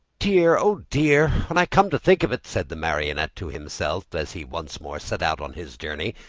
dear, oh, dear! when i come to think of it, said the marionette to himself, as he once more set out on his journey,